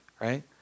Right